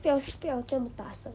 不要不要这么大声